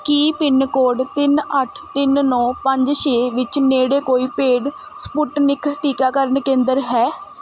ਕੀ pin code ਤਿੰਨ ਅੱਠ ਤਿੰਨ ਨੌ ਪੰਜ ਛੇ ਵਿੱਚ ਨੇੜੇ ਕੋਈ ਪੇਡ ਸਪੁਟਨਿਕ ਟੀਕਾਕਰਨ ਕੇਂਦਰ ਹੈ